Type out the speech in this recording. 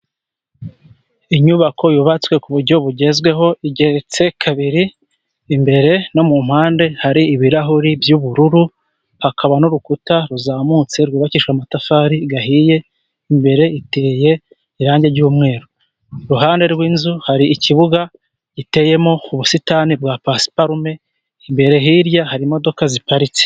Inyubako yubatswe ku buryo bugezweho igeretse kabiri, imbere no mu mpande hari ibirahuri by'ubururu, hakaba n'urukuta ruzamutse rwubakishwa amatafari ahiye, imbere iteye irangi ry'umweru. Iruhande rw'inzu hari ikibuga giteyemo ubusitani bwa pasiparume, imbere hirya hari imodoka ziparitse.